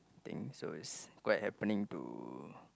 things and quite happening to